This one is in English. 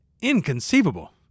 Inconceivable